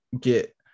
get